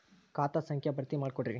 ಖಾತಾ ಸಂಖ್ಯಾ ಭರ್ತಿ ಮಾಡಿಕೊಡ್ರಿ